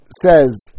says